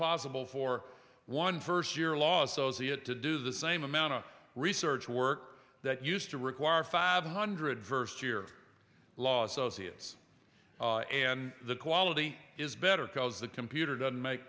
possible for one first year law associate to do the same amount of research work that used to require five hundred first year law associates and the quality is better because the computer doesn't make